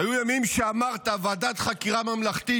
היו ימים שאמרת שוועדת חקירה ממלכתית,